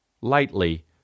lightly